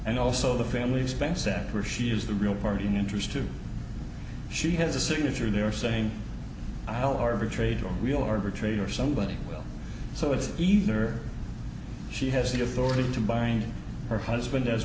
and also the family expense that where she is the real party in interest to she has a signature there saying i'll arbitrate or real arbitrator somebody will so it's either she has the authority to bahrain her husband as